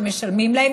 שמשלמים להם,